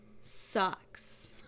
sucks